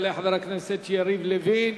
יעלה חבר הכנסת יריב לוין,